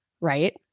Right